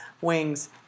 Wings